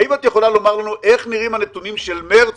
האם את יכולה לומר לנו איך נראים הנתונים של מרס,